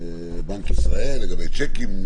ויש צוות בין משרדי בשיתוף עם משרדים אחרים.